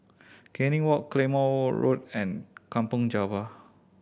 Canning Walk Claymore Road and Kampong Java